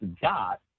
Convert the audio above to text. got